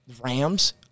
Rams